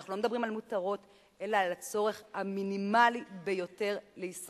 אנחנו לא מדברים על מותרות אלא על הצורך המינימלי ביותר להישרדות: